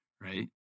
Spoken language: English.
Right